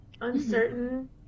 Uncertain